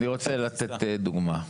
אני אתן לך דוגמה.